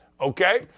Okay